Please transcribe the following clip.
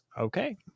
okay